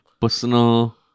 personal